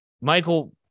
Michael